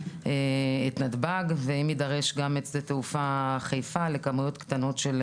את נתב"ג ואם נדרש גם את שדה תעופה חיפה לכמויות קטנות של